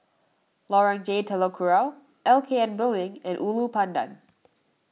Lorong J Telok Kurau L K N Building and Ulu Pandan